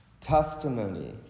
testimony